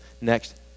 Next